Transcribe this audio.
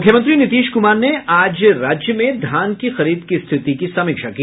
मुख्यमंत्री नीतीश कुमार ने आज राज्य में धान की खरीद की स्थिति की समीक्षा की